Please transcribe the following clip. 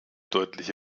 deutliche